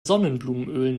sonnenblumenöl